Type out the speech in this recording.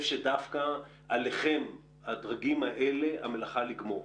שדווקא עליכם הדרגים האלה המלאכה לגמור.